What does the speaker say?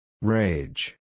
Rage